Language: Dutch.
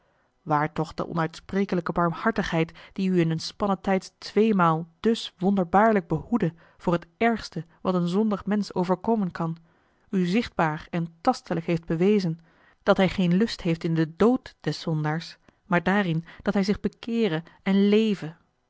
waar toch de onuitsprekelijke barmhartigheid die u in eene spanne tij de tweemaal dus wonderbaarlijk behoedde voor het ergste wat een zondig mensch overkomen kan u zichtbaar en tastelijk heeft bewezen dat hij geen lust heeft in den dood des zondaars maar daarin dat hij zich bekeere en leve